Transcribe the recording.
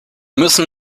müssen